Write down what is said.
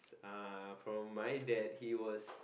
uh from my dad he was